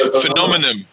phenomenon